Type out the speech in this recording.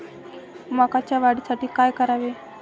मकाच्या वाढीसाठी काय करावे?